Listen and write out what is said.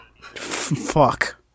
Fuck